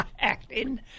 Acting